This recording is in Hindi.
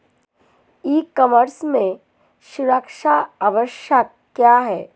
ई कॉमर्स में सुरक्षा आवश्यक क्यों है?